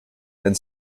and